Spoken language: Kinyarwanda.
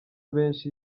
benshi